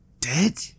dead